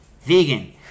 Vegan